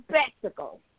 spectacle